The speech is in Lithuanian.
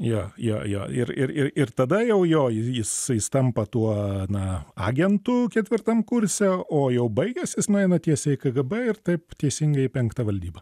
jo jo jo ir ir ir ir tada jau jo jis jis tampa tuo na agentu ketvirtam kurse o jau baigęs jis nueina tiesiai į kgb ir taip teisingai į penktą valdybą